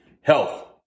Health